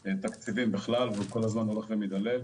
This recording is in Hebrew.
תקציבים בכלל והוא כל הזמן הולך ומידלל.